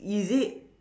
is it